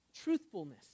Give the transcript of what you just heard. truthfulness